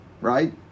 right